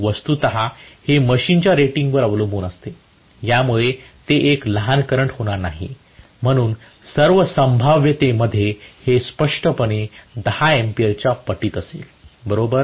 वस्तुतः हे मशीनच्या रेटिंगवर अवलंबून असते त्यामुळे ते एक लहान करंट होणार नाही म्हणून सर्व संभाव्यतेमध्ये हे स्पष्टपणे 10 अँपिअरच्या पटीत असेल बरोबर